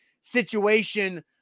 situation